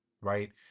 right